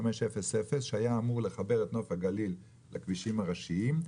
שהיה אמור לחבר את נוף הגליל לכבישים הראשיים,